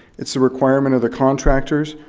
it's a requirement of the contractors,